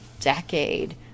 decade